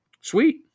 Sweet